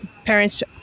Parents